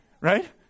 right